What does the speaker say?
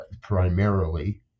primarily